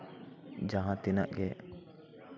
ᱡᱟᱦᱟᱸ ᱛᱤᱱᱟᱹᱜ ᱜᱮ